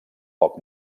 poc